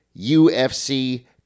UFC